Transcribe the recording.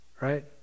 right